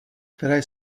které